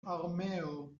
armeo